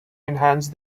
enhance